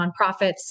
nonprofits